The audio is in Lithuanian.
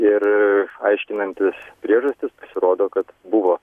ir aiškinantis priežastis rodo kad buvo